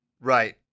Right